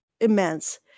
immense